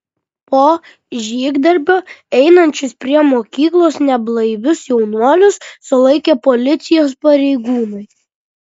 po žygdarbio einančius prie mokyklos neblaivius jaunuolius sulaikė policijos pareigūnai